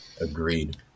Agreed